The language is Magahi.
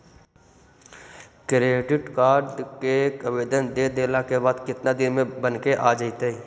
क्रेडिट कार्ड के आवेदन दे देला के बाद केतना दिन में बनके आ जइतै?